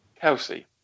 Kelsey